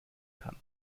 kann